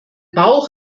bauch